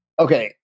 Okay